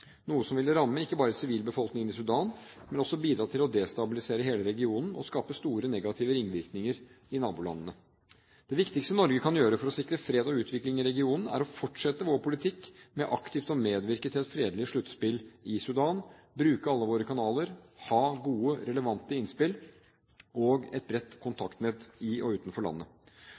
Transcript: noe som ikke bare ville ramme sivilbefolkningen i Sudan, men også bidra til å destabilisere hele regionen og skape store negative ringvirkninger i nabolandene. Det viktigste Norge kan gjøre for å sikre fred og utvikling i regionen, er å fortsette vår politikk med aktivt å medvirke til et fredelig sluttspill i Sudan, bruke alle våre kanaler, ha gode, relevante innspill og et bredt kontaktnett i og utenfor landet.